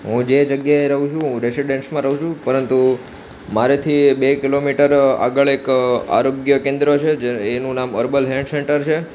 હું જે જગ્યાએ રહું છું રેસિડેન્સમાં રહું છું પરંતુ મારેથી બે કિલોમીટર આગળ એક આરોગ્ય કેન્દ્ર છે જે એનું નામ અર્બલ હેલ્થ સેન્ટર છે